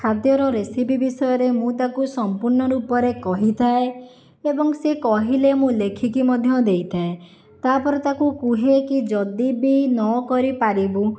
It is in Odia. ଖାଦ୍ୟର ରେସିପି ବିଷୟରେ ମୁଁ ତାକୁ ସମ୍ପୂର୍ଣ୍ଣ ରୂପରେ କହିଥାଏ ଏବଂ ସେ କହିଲେ ମୁଁ ଲେଖିକି ମଧ୍ୟ ଦେଇଥାଏ ତା ପରେ ତାକୁ କୁହେ କି ଯଦି ବି ନ କରିପାରିବୁ